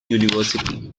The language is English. university